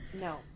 No